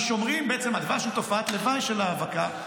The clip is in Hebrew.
כי בעצם הדבש הוא תופעת לוואי של ההאבקה.